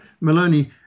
Maloney